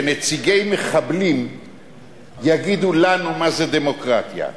שנציגי מחבלים יגידו לנו מה זה דמוקרטיה.